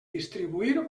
distribuir